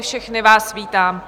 Všechny vás vítám.